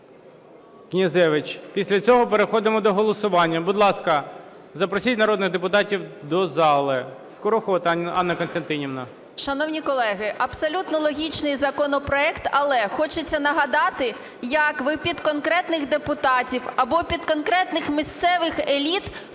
після цього переходимо до голосування. Будь ласка, запросіть народних депутатів до залу.